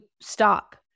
stop